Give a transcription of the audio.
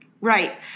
Right